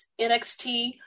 NXT